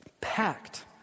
packed